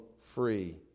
free